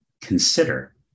consider